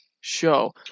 show